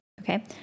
Okay